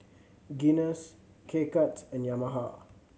Guinness K Cuts and Yamaha